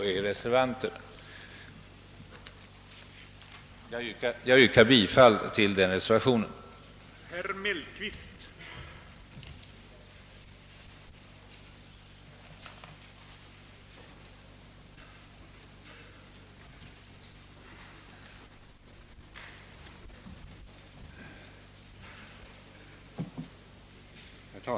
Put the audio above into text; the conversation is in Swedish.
Tills vidare, herr talman, yrkar jag bifall till reservationen 1 a.